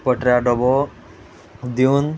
छचऱ्या डबो दिवन